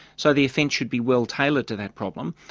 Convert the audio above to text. so the offence should be well tailored to that problem,